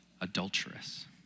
adulterous